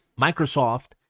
Microsoft